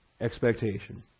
expectation